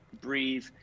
breathe